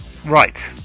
right